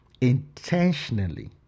intentionally